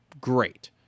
great